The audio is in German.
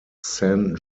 san